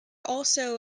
also